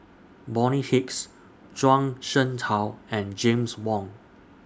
Bonny Hicks Zhuang Shengtao and James Wong